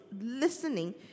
listening